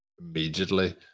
immediately